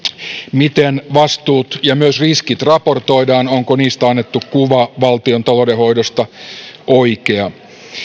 miten vastuut ja myös riskit raportoidaan onko niistä annettu kuva valtiontalouden hoidosta oikea